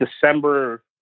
December